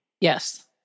Yes